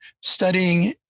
studying